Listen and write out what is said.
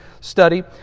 study